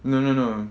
no no no